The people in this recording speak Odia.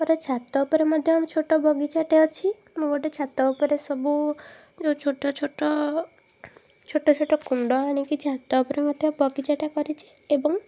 ଛାତ ଉପରେ ମଧ୍ୟ ଆମ ଛୋଟ ବଗିଚାଟେ ଅଛି ମୁଁ ଗୋଟେ ଛାତ ଉପରେ ସବୁ ଯେଉଁ ଛୋଟ ଛୋଟ ଛୋଟ ଛୋଟ କୁଣ୍ଡ ଆଣିକି ଛାତ ଉପରେ ମଧ୍ୟ ବଗିଚାଟା କରିଛି ଏବଂ